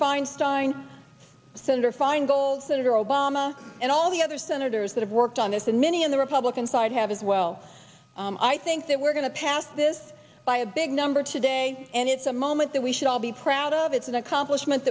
feinstein senator feingold senator obama and all the other senators that have worked on this and many of the republican side have as well i think that we're going to pass this by a big number today and it's a moment that we should all be proud of it's an accomplishment